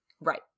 Right